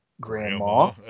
grandma